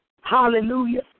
Hallelujah